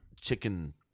Chicken